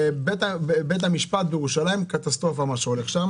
בית המשפט בירושלים, קטסטרופה מה שהולך שם